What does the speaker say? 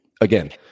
Again